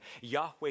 Yahweh